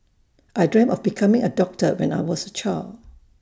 I dreamt of becoming A doctor when I was A child